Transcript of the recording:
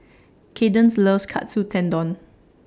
Kadence loves Katsu Tendon